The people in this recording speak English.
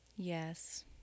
Yes